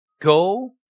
Go